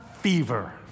Fever